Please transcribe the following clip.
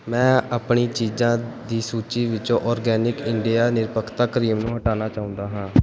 ਮੈਂ ਆਪਣੀ ਚੀਜ਼ਾਂ ਦੀ ਸੂਚੀ ਵਿੱਚੋਂ ਆਰਗੈਨਿਕ ਇੰਡੀਆ ਨਿਰਪੱਖਤਾ ਕਰੀਮ ਨੂੰ ਹਟਾਉਣਾ ਚਾਹੁੰਦਾ ਹਾਂ